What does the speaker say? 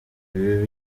ibi